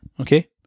okay